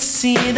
see